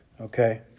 okay